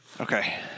Okay